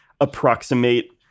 approximate